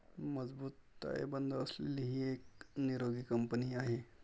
मजबूत ताळेबंद असलेली ही एक निरोगी कंपनी आहे